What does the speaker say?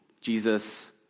Jesus